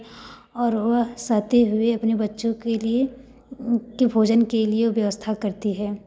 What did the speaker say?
और वह सहते हुए अपने बच्चों के लिए की भोजन के लिए व्यवस्था करती है